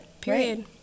Period